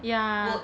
ya